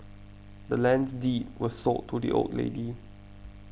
the land's deed was sold to the old lady